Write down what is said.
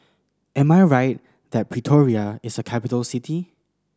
am I right that Pretoria is a capital city